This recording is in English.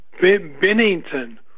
Bennington